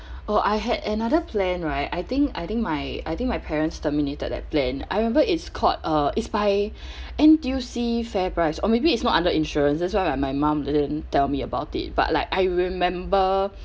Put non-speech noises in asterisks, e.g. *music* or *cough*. oh I had another plan right I think I think my I think my parents terminated that plan I remember it's called uh it's by *breath* N_T_U_C fair price or maybe it's not under insurance that's why like my mom didn't tell me about it but like I remember